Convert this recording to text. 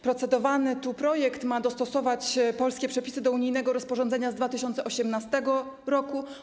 Procedowany tu projekt ma dostosować polskie przepisy do unijnego rozporządzenia z 2018 r.